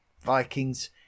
Vikings